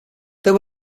their